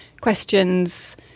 questions